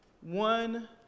One